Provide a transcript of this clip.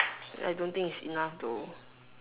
I don't think is enough though